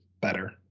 better